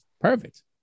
perfect